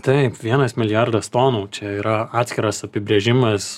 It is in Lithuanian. taip vienas milijardas tonų čia yra atskiras apibrėžimas